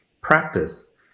practice